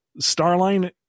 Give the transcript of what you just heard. Starline